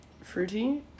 Fruity